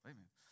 Amen